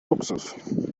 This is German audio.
luxus